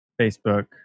Facebook